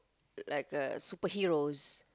like a superheroes